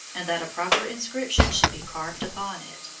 and that a proper inscription should be carved upon it,